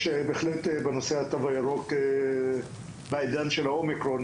יש בהחלט מורכבות בנושא התו הירוק בעידן של האומיקרון.